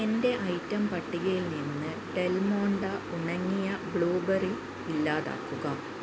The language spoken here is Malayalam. എന്റെ ഐറ്റം പട്ടികയിൽ നിന്ന് ഡെൽമോണ്ട ഉണങ്ങിയ ബ്ലൂബെറി ഇല്ലാതാക്കുക